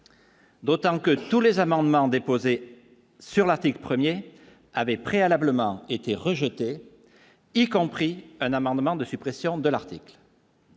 D'autant que tous les amendements déposés sur l'article 1er avait préalablement été rejetée y compris un amendement de suppression de l'article.